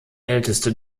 älteste